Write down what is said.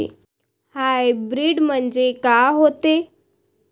Hybrid म्हनजे का होते?